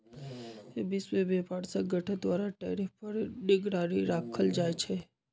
विश्व व्यापार संगठन द्वारा टैरिफ पर निगरानी राखल जाइ छै